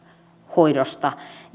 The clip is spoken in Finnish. hoidosta